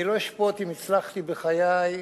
אני לא אשפוט אם הצלחתי בחיי,